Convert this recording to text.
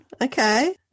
Okay